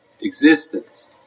existence